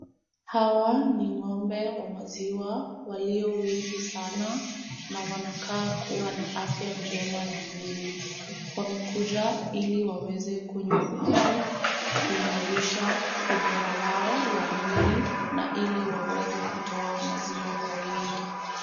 Hawa ni ng'ombe wa maziwa walio wengi sana, wanakaa kuwa na afya njema ya mwili. Wamekuja ili waweze kunywa maji kuimarisha ubora wao wa mwili na ili waweze kutoa maziwa kwa wingi.